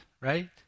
right